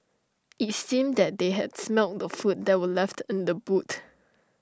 IT seemed that they had smelt the food that were left in the boot